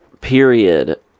period